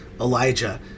Elijah